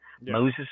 Moses